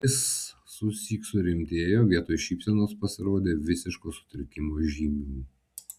jis susyk surimtėjo vietoj šypsenos pasirodė visiško sutrikimo žymių